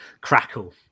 crackle